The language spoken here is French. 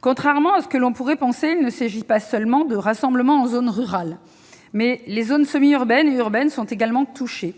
Contrairement à ce que l'on pourrait penser, il ne s'agit pas seulement de rassemblements en zones rurales : les zones semi-urbaines et urbaines sont également touchées.